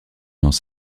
dans